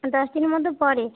দশ দিনের মতো পরে